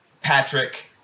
Patrick